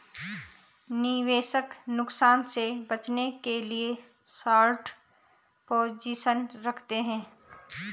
निवेशक नुकसान से बचने के लिए शार्ट पोजीशन रखते है